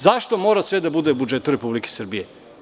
Zašto mora sve da bude u budžetu Republike Srbije?